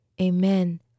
Amen